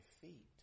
feet